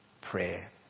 prayer